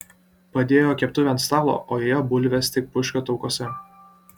padėjo keptuvę ant stalo o joje bulvės tik puška taukuose